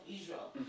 israel